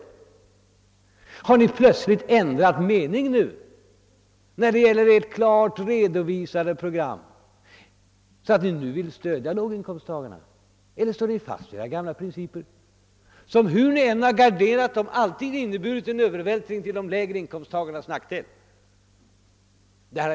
Har ni nu plötsligt ändrat mening beträffande ert tidigare klart redovisade program, så att ni vill stödja låginkomsttagarna, eller står ni fast vid era gamla principer som hur ni än garderat dem alltid inneburit en övervältring till de lägre inkomsttagarnas nackdel?